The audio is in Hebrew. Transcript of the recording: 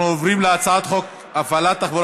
אנחנו עוברים להצעת חוק הפעלת תחבורה